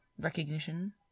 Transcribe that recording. recognition